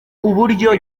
uburyo